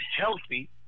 healthy